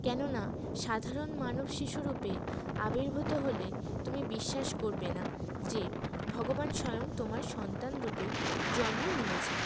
কেননা সাধারণ মানব শিশু রূপে আবির্ভূত হলে তুমি বিশ্বাস করবে না যে ভগবান স্বয়ং তোমার সন্তান রূপে জন্ম নিয়েছেন